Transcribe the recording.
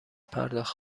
پرداخت